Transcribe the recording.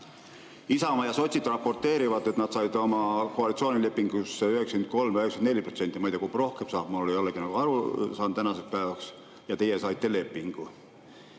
Isamaa ja sotsid raporteerivad, et nad said oma koalitsioonilepingusse 93–94% protsenti – ma ei tea, kumb rohkem saab, ma ei olegi nagu aru saanud tänaseks päevaks – ja teie saite lepingu.